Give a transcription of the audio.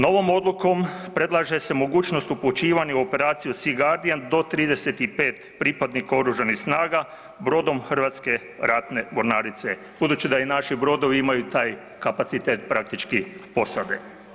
Novom odlukom predlaže se mogućnost upućivanje u operaciju Sea Guardian do 35 pripadnika OS-a brodom Hrvatske ratne mornarice budući da i naši brodovi imaju taj kapacitet praktički posade.